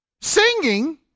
Singing